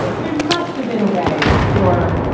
there must have been a way for.